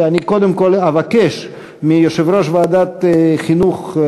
אני קודם כול אבקש מיושב-ראש ועדת החינוך,